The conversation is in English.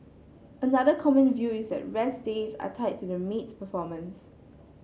another common view is that rest days are tied to the maid's performance